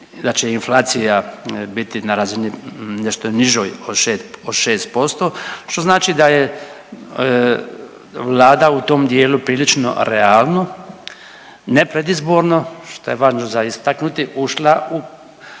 da će inflacija biti na razini nešto nižoj od 6% što znači da je Vlada u tom dijelu prilično realno, ne predizborno što je važno za istaknuti ušla u